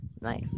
Nice